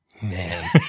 Man